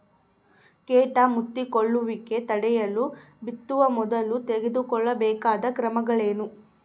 ಕೇಟ ಮುತ್ತಿಕೊಳ್ಳುವಿಕೆ ತಡೆಯಲು ಬಿತ್ತುವ ಮೊದಲು ತೆಗೆದುಕೊಳ್ಳಬೇಕಾದ ಕ್ರಮಗಳೇನು?